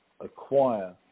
acquire